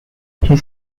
his